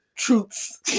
Truths